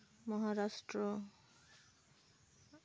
Maharashtra